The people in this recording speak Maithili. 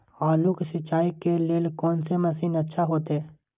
आलू के सिंचाई के लेल कोन से मशीन अच्छा होते?